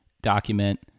document